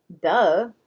duh